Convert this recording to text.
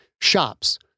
shops